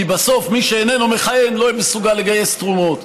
כי בסוף מי שאיננו מכהן לא יהיה מסוגל לגייס תרומות.